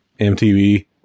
mtv